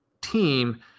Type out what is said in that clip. team